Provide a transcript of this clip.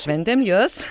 šventėm jus